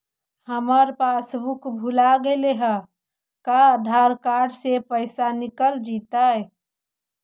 हमर पासबुक भुला गेले हे का आधार कार्ड से पैसा निकल जितै?